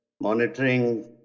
monitoring